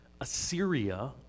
Assyria